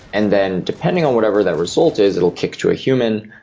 and then depending on whatever that result is, it will kick to human.